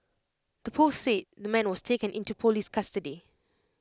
the post said the man was taken into Police custody